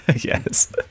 Yes